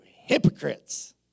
hypocrites